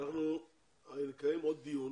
אנחנו נקיים עוד דיון